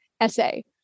essay